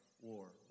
war